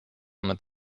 mit